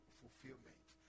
fulfillment